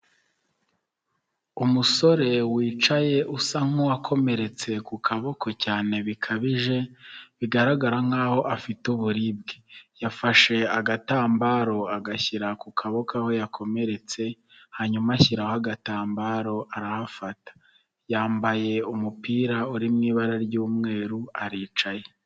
Umusore wicaye usa nkuwakomeretse ku kaboko cyane bikabije bigaragara nk'aho afite uburibwe, yafashe agatambaro agashyira ku kaboko aho yakomeretse hanyuma ashyiraho agatambaro arahafata, yambaye umupira uri mu ibara ry'umweru aricaye.